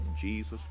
Jesus